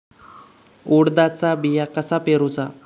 उडदाचा बिया कसा पेरूचा?